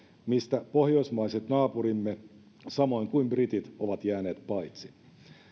mistä pohjoismaiset naapurimme samoin kuin britit ovat jääneet paitsi